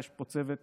יש פה צוות